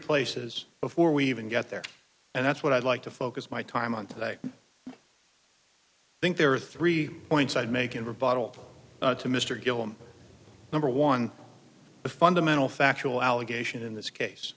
places before we even get there and that's what i'd like to focus my time on that i think there are three points i'd make in rebuttal to mr gillum number one the fundamental factual allegation in this case